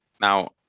now